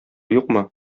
юкмы